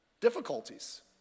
difficulties